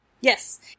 Yes